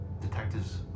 detectives